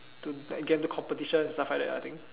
to like into competition and stuff like that lah I think